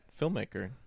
filmmaker